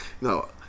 No